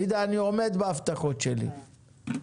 אני עומד בהבטחות שלי.